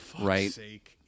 Right